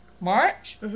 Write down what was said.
March